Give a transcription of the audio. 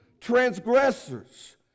transgressors